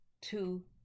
two